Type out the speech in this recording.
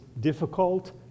difficult